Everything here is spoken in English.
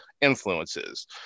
influences